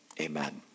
Amen